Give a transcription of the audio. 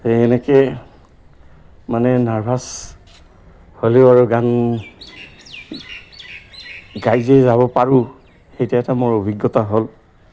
সেই এনেকে মানে নাৰ্ভাছ হ'লেও আৰু গান গাইযে যাব পাৰোঁ সেইটো এটা মোৰ অভিজ্ঞতা হ'ল